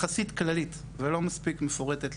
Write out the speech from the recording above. יחסית כללית ולא מספיק מפורטת,